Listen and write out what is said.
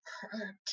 hurt